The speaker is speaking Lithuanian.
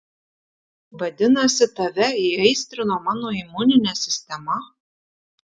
vadinasi tave įaistrino mano imuninė sistema